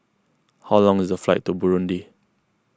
how long is the flight to Burundi